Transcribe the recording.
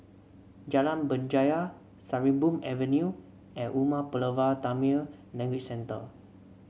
Jalan Berjaya Sarimbun Avenue and Umar Pulavar Tamil Language Centre